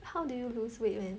how did you lose weight man